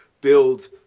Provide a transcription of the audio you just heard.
build